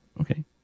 Okay